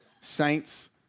saints